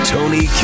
Tony